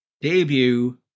debut